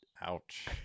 Ouch